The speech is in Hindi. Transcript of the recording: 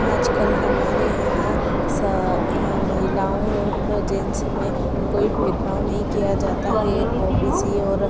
आजकल हमारे यहाँ महिलाओं और जेन्स में कोई भेदभाव नहीं किया जाता हे ओ बी सी और